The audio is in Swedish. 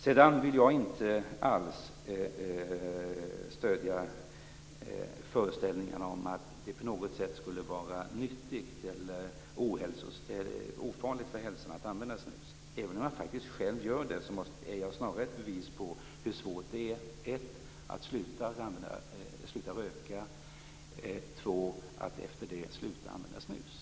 Jag vill sedan inte alls stödja föreställningarna om att det på något sätt skulle vara nyttigt eller ofarligt för hälsan att använda snus. Även om jag faktiskt själv gör det, är jag snarare ett bevis på hur svårt det är för det första att sluta att röka och för det andra att efter det sluta att använda snus.